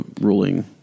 ruling